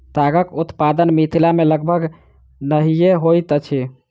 तागक उत्पादन मिथिला मे लगभग नहिये होइत अछि